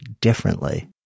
differently